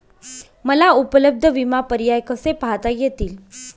मला उपलब्ध विमा पर्याय कसे पाहता येतील?